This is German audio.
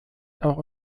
auch